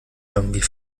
irgendwie